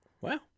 Wow